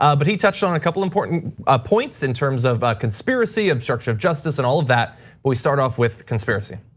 ah but he touched on a couple of important points in terms of conspiracy, obstruction justice and all of that. but we start off with with conspiracy.